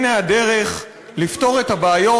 הנה הדרך לפתור את הבעיות,